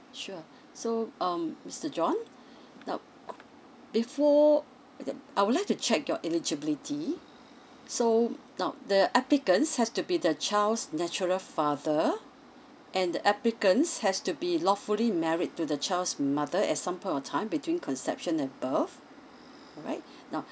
sure so um mister john now before yup I would like to check your eligibility so now the applicant has to be the child's natural father and the applicant has to be lawfully married to the child's mother at some point of time between conception and birth alright now